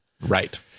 Right